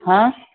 हां